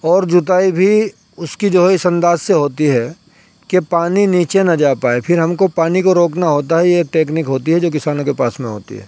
اور جوتائی بھی اس کی جو ہے اس انداز سے ہوتی ہے کہ پانی نیچے نہ جا پائے پھر ہم کو پانی کو روکنا ہوتا ہے یہ ٹیکنک ہوتی ہے جو کسانوں کے پاس میں ہوتی ہے